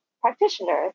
practitioners